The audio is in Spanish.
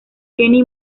kenny